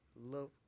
Love